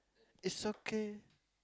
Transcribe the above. it's okay